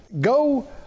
go